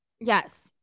yes